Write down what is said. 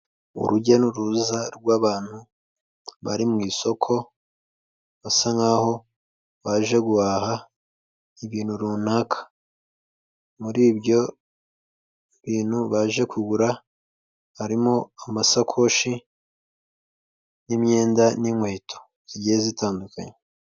Urujya n'uruza rw'abantu bari mu isoko basa nkaho baje guhaha ibintu runaka, muri ibyo bintu baje kugura harimo amasakoshi n'imyenda n'inkweto zigiye zitandukanye.